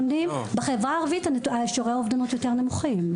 בחברה הערבית שיעורי האובדנות הם יותר נמוכים.